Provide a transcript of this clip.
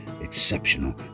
exceptional